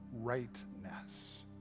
rightness